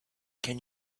can